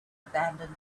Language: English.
abandoned